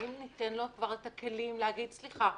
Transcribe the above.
האם ניתן לו כבר את הכלים להגיד: סליחה,